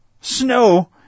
snow